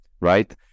right